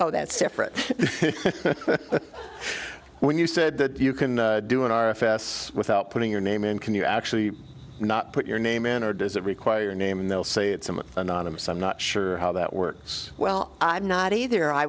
oh that's different when you said that you can do in our affairs without putting your name in can you actually not put your name in or does it require a name and they'll say it's an anonymous i'm not sure how that works well i'm not either i